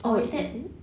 orh is it